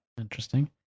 Interesting